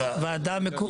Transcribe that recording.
מקומית